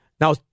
Now